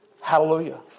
Hallelujah